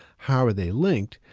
how are they linked?